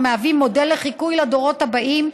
המהווים מודל לחיקוי לדורות הבאים,